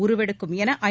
உருவெடுக்கும் என ஐ